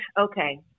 okay